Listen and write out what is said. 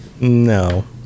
No